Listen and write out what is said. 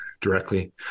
directly